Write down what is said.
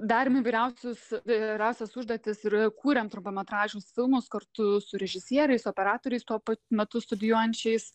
darėm įvairiausius įvairiausias užduotis ir kūrėm trumpametražius filmus kartu su režisieriais operatoriais tuo pat metu studijuojančiais